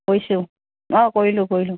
কৰিছোঁ অ কৰিলোঁ কৰিলোঁ